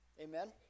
Amen